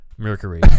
Mercury